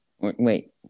Wait